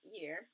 year